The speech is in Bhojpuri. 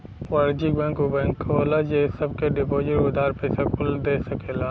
वाणिज्य बैंक ऊ बैंक होला जे सब के डिपोसिट, उधार, पइसा कुल दे सकेला